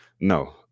no